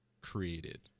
Created